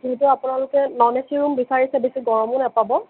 যিহেতু আপোনালোকে ন'ন এ চি ৰূম বিচাৰিছে বেছি গৰমো নাপাব